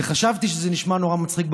חשבתי שזה נשמע נורא מצחיק,